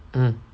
mm